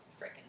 freaking